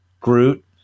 Groot